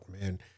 man